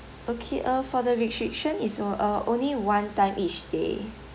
okay uh for the restriction is oh uh only one time each day